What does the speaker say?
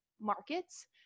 markets